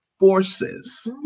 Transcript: Forces